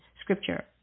scripture